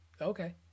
Okay